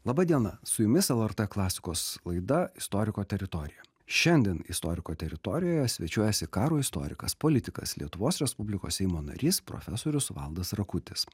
laba diena su jumis lrt klasikos laida istoriko teritorija šiandien istoriko teritorijoje svečiuojasi karo istorikas politikas lietuvos respublikos seimo narys profesorius valdas rakutis